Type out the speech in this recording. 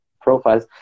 profiles